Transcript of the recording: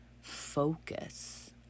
focus